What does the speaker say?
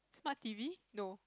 smart T_V no